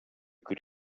could